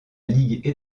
ligue